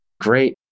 great